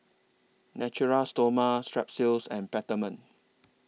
Natura Stoma Strepsils and Peptamen